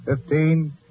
Fifteen